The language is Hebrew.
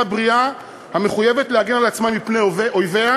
בריאה המחויבת להגן על עצמה מפני אויביה,